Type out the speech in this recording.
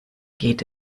geht